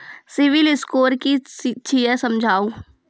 Civil score कि छियै समझाऊ?